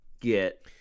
get